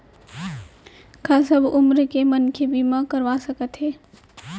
का सब उमर के मनखे बीमा करवा सकथे?